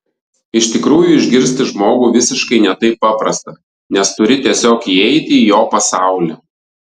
iš tikrųjų išgirsti žmogų visiškai ne taip paprasta nes turi tiesiog įeiti į jo pasaulį